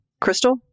Crystal